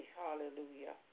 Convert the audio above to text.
hallelujah